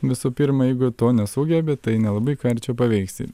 visų pirma jeigu to nesugebi tai nelabai ką ir čia paveiksi